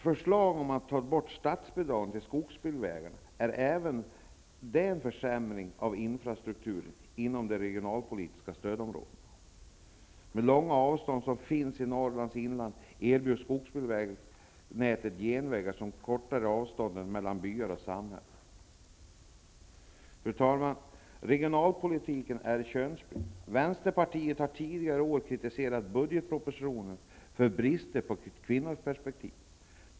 Förslaget om ett borttagande av statsbidraget till skogsbilvägar innebär också en försämring av infrastrukturen inom de regionalpolitiska stödområdena. Med tanke på de långa avstånden i Norrlands inland erbjuder skogsbilvägsnätet genvägar, och därmed kortas avstånden mellan byar och samhällen. Regionalpolitiken är könsblind. Vänsterpartiet har under tidigare år kritiserat framlagda budgetpropositioner och pekat på bristen på ett kvinnoperspektiv.